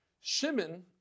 Shimon